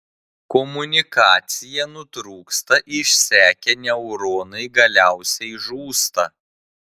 komunikacija nutrūksta išsekę neuronai galiausiai žūsta